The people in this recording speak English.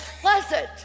pleasant